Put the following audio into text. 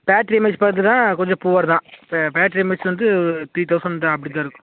battery mAh பார்த்தீன்னா கொஞ்சம் poor தான் பே பேட்ரி எம்ஏஹெச் வந்து த்ரீ தௌசண்ட் தான் அப்படி தான் இருக்கும்